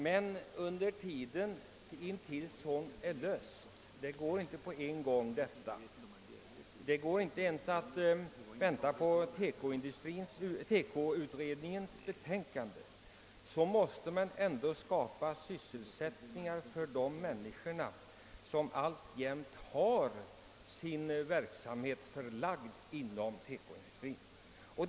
Men under tiden som vi gör det — och det går inte med en gång; vi kan inte ens vänta på TE KO-utredningens betänkande — måste vi skapa sysselsättning åt de människor som alltjämt har sin verksamhet förlagd till TEKO-industrin.